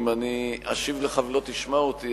אם אני אשיב לך ולא תשמע אותי,